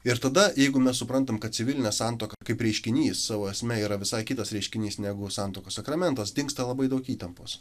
ir tada jeigu mes suprantam kad civilinė santuoka kaip reiškinys savo esme yra visai kitas reiškinys negu santuokos sakramentas dingsta labai daug įtampos